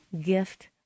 gift